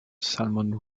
salmon